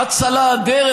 אצה לה הדרך.